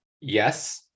Yes